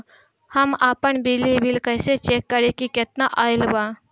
हम आपन बिजली बिल कइसे चेक करि की केतना आइल बा?